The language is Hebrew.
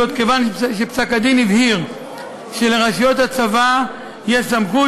זאת כיוון שפסק-הדין הבהיר שלרשויות הצבא יש סמכות